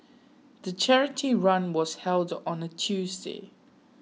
the charity run was held on a Tuesday